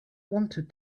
wanted